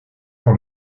par